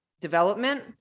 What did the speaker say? development